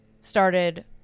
started